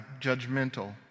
judgmental